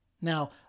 Now